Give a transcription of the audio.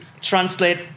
translate